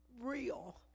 real